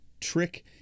trick